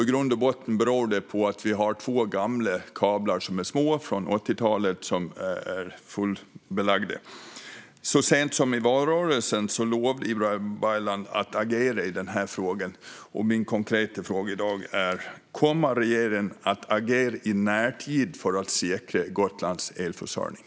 I grund och botten beror det på att vi har två gamla och små kablar från 80-talet som är fullbelagda. Så sent som i valrörelsen lovade Ibrahim Baylan att agera i frågan. Min konkreta fråga i dag är: Kommer regeringen att agera i närtid för att säkra Gotlands elförsörjning?